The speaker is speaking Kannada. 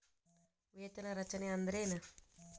ವೇತನ ರಚನೆ ಅಂದ್ರೆನ?